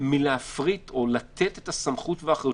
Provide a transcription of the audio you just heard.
מלהפריט או לתת את הסמכות והאחריות